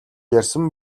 ярьсан